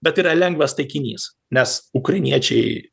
bet tai yra lengvas taikinys nes ukrainiečiai